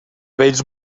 vells